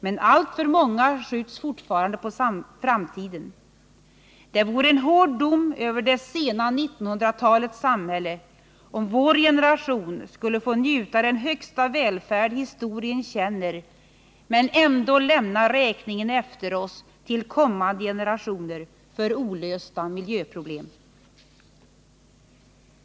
Men alltför många skjuts fortfarande på framtiden. Det vore en hård dom över det sena 1900-talets samhälle, om vår generation skulle få njuta den högsta välfärd historien känner men ändå lämna räkningen för olösta miljöproblem efter oss till kommande generationer.